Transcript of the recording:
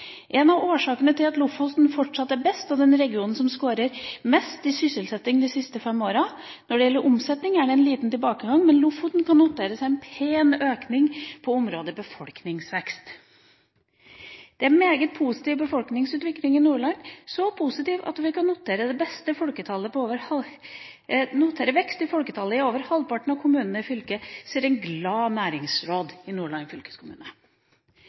av årsakene til at Lofoten fortsatt er best, er at regionen scorer helt på topp i vekst i sysselsettingen de siste fem årene. Når det gjelder omsetning, er det en liten tilbakegang, mens Lofoten kan notere en pen økning på området befolkningsvekst. Det er en meget positiv befolkningsutvikling i Nordland – så positiv at vi kan notere vekst i folketallet i over halvparten av kommunene i fylket, sier en svært glad næringsråd Arve Knutsen i Nordland fylkeskommune.»